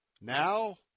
Now